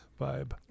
Vibe